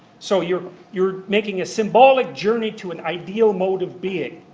so you're you're making a symbolic journey to an ideal mode of being.